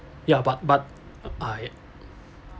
ya but but uh I